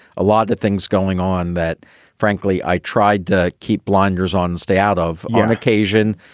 a lot of things going on that frankly, i tried to keep blinders on, stay out of on occasion.